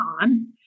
on